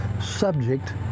subject